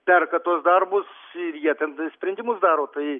perka tuos darbus ir jie ten sprendimus daro tai